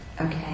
Okay